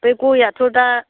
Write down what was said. बे गयआथ' दा